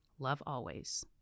lovealways